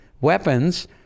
weapons